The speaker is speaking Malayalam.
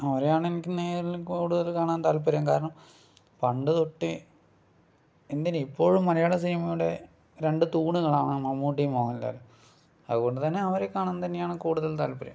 അവരെയാണ് എനിക്ക് നേരിൽ കൂടുതൽ കാണാൻ താൽപ്പര്യം കാരണം പണ്ട് തൊട്ടേ എന്തിന് ഇപ്പോഴും മലയാള സിനിമയുടെ രണ്ട് തൂണുകളാണ് മമ്മൂട്ടിയും മോഹൻ ലാലും അതുകൊണ്ട് തന്നെ അവരെ കാണാൻ തന്നെയാണ് കൂടുതൽ താൽപ്പര്യം